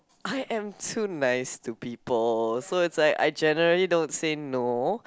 I am to nice to people so it's like I generally don't say no